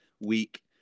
week